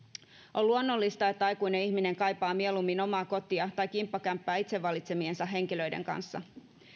on luonnollista että aikuinen ihminen kaipaa mieluummin omaa kotia tai kimppakämppää itse valitsemiensa henkilöiden kanssa